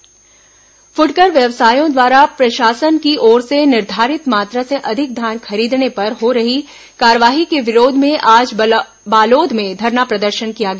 फ्टकर व्यवसायी आंदोलन फुटकर व्यवसायों द्वारा प्रशासन की ओर से निर्धारित मात्रा से अधिक धान खरीदने पर हो रही कार्रवाई के विरोध में आज बालोद में धरना प्रदर्शन किया गया